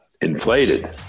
inflated